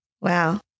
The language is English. Wow